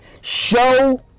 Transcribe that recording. Show